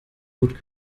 gut